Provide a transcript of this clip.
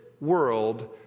world